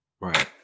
Right